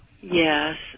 Yes